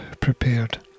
prepared